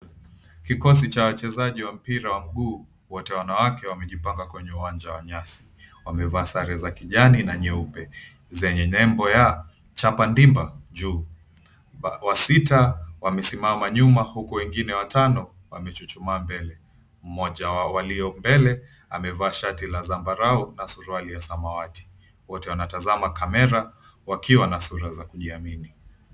Kikosi cha wachezaji wa mpira wa mguu, wote wanawake wamejipanga kwenye uwanja wa nyasi. Wamevaa sare za kijani na nyeupe zenye nembo ya "Chapa dimba" juu. Wasita wamesimama nyuma huku wengine watano wamechuchumaa mbele. Mmoja wa walio mbele amevaa shati la zambarao na suruali ya samawati. Wote wanatazama kamera wakiwa na sura za kujiamini.